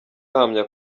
ahamya